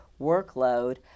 workload